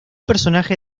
personaje